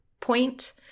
point